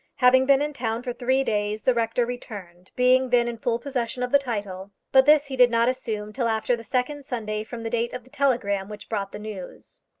having been in town for three days the rector returned being then in full possession of the title but this he did not assume till after the second sunday from the date of the telegram which brought the news.